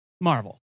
Marvel